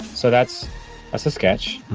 so that's a so sketch,